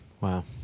wow